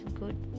good